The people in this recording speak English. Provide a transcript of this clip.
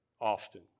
often